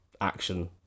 action